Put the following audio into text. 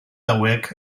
hauek